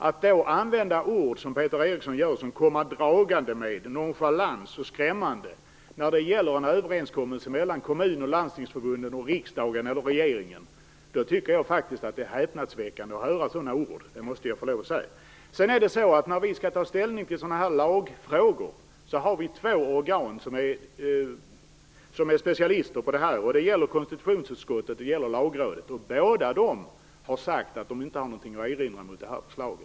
Att då använda sådana ord som Peter Eriksson använder, t.ex. "komma dragande med", "nonchalans" och "skrämmande" när det gäller en överenskommelse mellan kommun och landstingsförbunden och riksdagen och regeringen tycker jag är häpnadsväckande. När vi skall ta ställning till sådana här lagfrågor har vi två organ som är specialister. De är konstitutionsutskottet och Lagrådet. Båda dessa har sagt att de inte har någonting att erinra mot detta förslag.